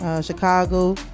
Chicago